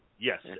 Yes